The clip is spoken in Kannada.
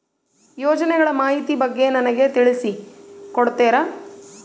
ಯೋಜನೆಗಳ ಮಾಹಿತಿ ಬಗ್ಗೆ ನನಗೆ ತಿಳಿಸಿ ಕೊಡ್ತೇರಾ?